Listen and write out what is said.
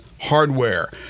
Hardware